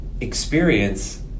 experience